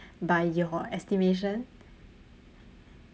by your estimation